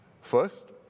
First